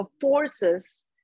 forces